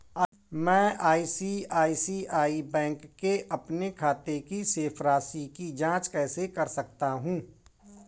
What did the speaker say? मैं आई.सी.आई.सी.आई बैंक के अपने खाते की शेष राशि की जाँच कैसे कर सकता हूँ?